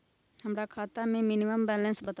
हमरा खाता में मिनिमम बैलेंस बताहु?